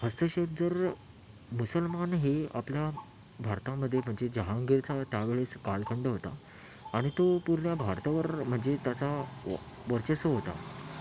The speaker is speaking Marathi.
हस्तक्षेप जर मुसलमान हे आपला भारतामध्ये म्हणजे जहांगीरचा त्यावेळेस कालखंड होता आणि तो पूर्ण भारतावर म्हणजे त्याचा व वर्चस्व होता